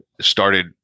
started